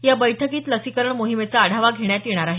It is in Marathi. या बैठकीत लसीकरण मोहिमेचा आढावा घेण्यात येणार आहे